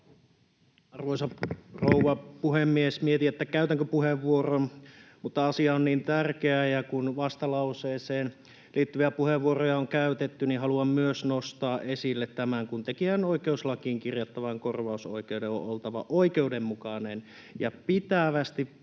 Arvoisa rouva puhemies! Mietin, käytänkö puheenvuoron, mutta kun asia on niin tärkeä ja kun vastalauseeseen liittyviä puheenvuoroja on käytetty, niin haluan myös nostaa esille tämän, että kun tekijänoikeuslakiin kirjattavan korvausoikeuden on oltava ”oikeudenmukainen ja pitävästi perusteltavissa”,